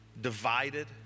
divided